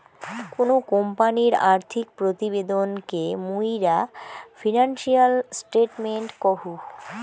কোনো কোম্পানির আর্থিক প্রতিবেদন কে মুইরা ফিনান্সিয়াল স্টেটমেন্ট কহু